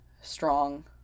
strong